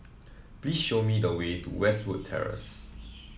please show me the way to Westwood Terrace